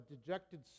dejected